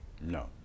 No